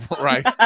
right